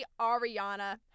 Ariana